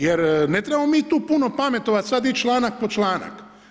Jer ne trebamo mi tu puno pametovati, sad ići članak po članak.